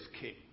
King